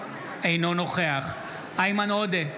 אינו נוכח איימן עודה,